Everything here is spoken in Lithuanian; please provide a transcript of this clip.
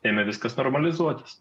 ėmė viskas normalizuotis